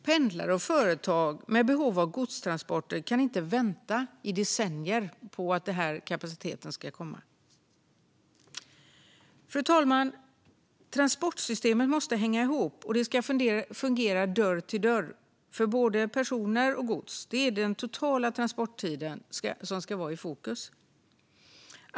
Pendlare och företag med behov av godstransporter kan inte vänta i decennier på att kapaciteten ska komma. Fru talman! Transportsystemen måste hänga ihop, och det ska fungera från dörr till dörr för både personer och gods. Det är den totala transporttiden som ska vara i fokus.